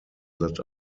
that